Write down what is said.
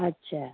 अच्छा